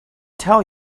tell